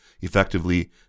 effectively